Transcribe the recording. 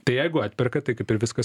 tai jeigu atperka tai kaip ir viskas